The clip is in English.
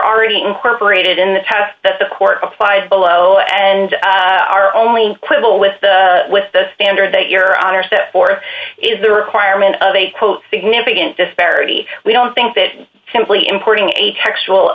already incorporated in the test that the court applied below and are only quibble with with the standard that your honor set forth is the requirement of a quote significant disparity we don't think that simply importing a textual